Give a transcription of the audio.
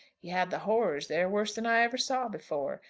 he had the horrors there, worse than i ever saw before,